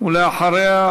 ואחריה